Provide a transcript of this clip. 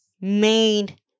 made